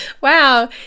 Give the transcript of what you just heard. Wow